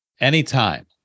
anytime